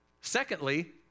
Secondly